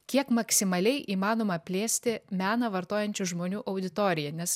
kiek maksimaliai įmanoma plėsti meną vartojančių žmonių auditoriją nes